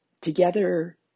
Together